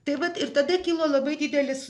tai vat ir tada kilo labai didelis